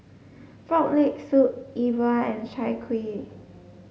frog leg soup Yi Bua and Chai Kuih